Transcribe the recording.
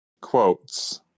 Quotes